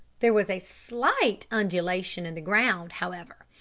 there was a slight undulation in the ground, however,